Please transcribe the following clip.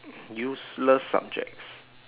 useless subjects